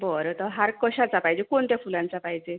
बरं तर हार कशाचा पाहिजे कोणत्या फुलांचा पाहिजे